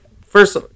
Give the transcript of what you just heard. First